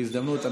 בהזדמנות.